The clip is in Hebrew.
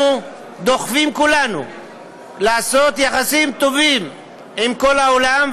אנחנו דוחפים כולנו לעשות יחסים טובים עם כל העולם,